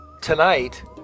tonight